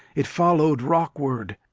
it followed rockward,